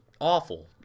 awful